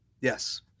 Yes